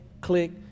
click